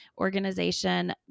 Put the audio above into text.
organization